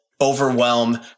overwhelm